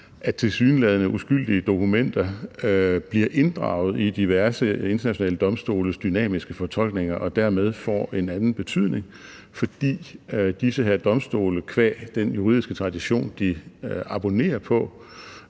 at tilsyneladende uskyldige dokumenter bliver inddraget i diverse internationale domstoles dynamiske fortolkninger og dermed får en anden betydning, fordi disse her domstole qua den juridiske tradition, de abonnerer på,